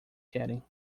querem